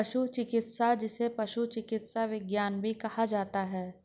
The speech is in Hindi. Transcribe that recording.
पशु चिकित्सा, जिसे पशु चिकित्सा विज्ञान भी कहा जाता है